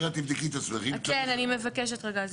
לא, אדוני, אני אגיד רגע.